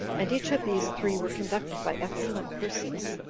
and each of these three were conducted by excellent persons.